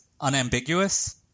unambiguous